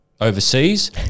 overseas